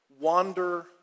wander